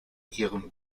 ihrem